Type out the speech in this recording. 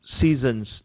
seasons